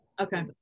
Okay